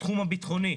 בתחום הביטחוני,